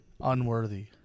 unworthy